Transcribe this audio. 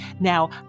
Now